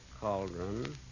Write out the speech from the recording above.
Cauldron